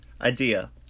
idea